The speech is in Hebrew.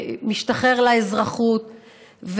שמשתחרר לאזרחות,